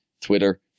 Twitter